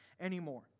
anymore